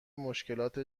مشکلات